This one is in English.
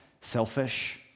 selfish